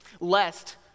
Lest